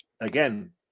Again